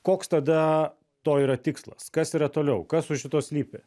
koks tada to yra tikslas kas yra toliau kas už šito slypi